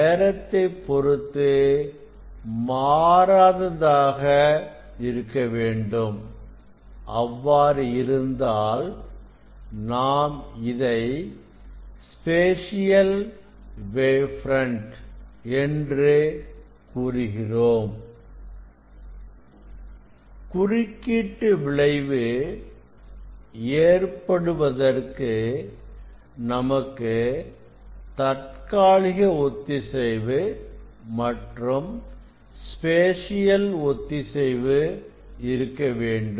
நேரத்தை பொருத்து மாறாததாக இருக்க வேண்டும் அவ்வாறு இருந்தால் நாம் இதை ஸ்பேசியல் வேவ் பிரண்ட் என்று கூறுகிறோம் குறுக்கீட்டு விளைவு ஏற்படுவதற்கு நமக்கு தற்காலிக ஒத்திசைவு மற்றும் ஸ்பேஷியல் ஒத்திசைவு இருக்கவேண்டும்